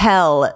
Hell